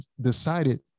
decided